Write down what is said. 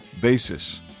Basis